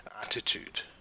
attitude